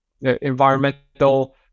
environmental